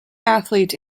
athlete